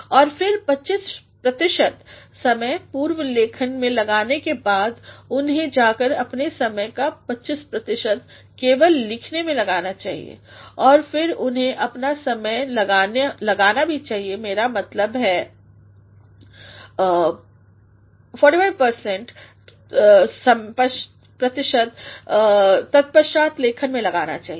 और फिर २५ प्रतिशत समय पूर्व लेखन में लगाने के बाद उन्हें जा कर अपने समय का२५ प्रतिशत केवल लिखने में लगाना चाहिए और फिर उन्हें अपना समय लगाना भी चाहिए मेरा मतलब ४५ प्रतिशत समय तत्पश्चात लेखन में लगाना चाहिए